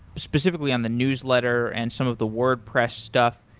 specifically on the newsletter and some of the wordpress stuff,